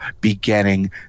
beginning